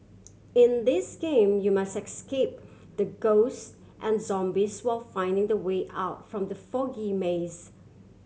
in this game you must escape the ghost and zombies while finding the way out from the foggy maze